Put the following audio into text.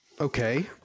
okay